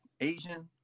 Asian